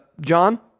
john